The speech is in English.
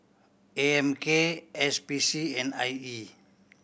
A M K S P C and I E